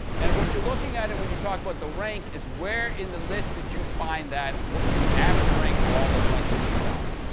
and what you're looking at, and when you talk about the rank, is where in the list did you find that what was the average rank for all the collection that you tried?